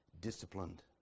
disciplined